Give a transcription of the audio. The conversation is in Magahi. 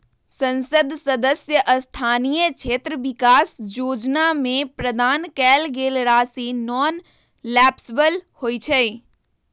संसद सदस्य स्थानीय क्षेत्र विकास जोजना में प्रदान कएल गेल राशि नॉन लैप्सबल होइ छइ